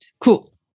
Cool